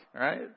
right